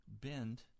bend